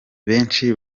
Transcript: benshi